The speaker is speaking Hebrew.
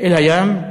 אל הים.